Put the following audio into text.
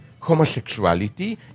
homosexuality